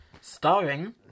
Starring